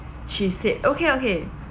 she said okay okay